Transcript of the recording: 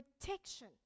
protection